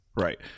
Right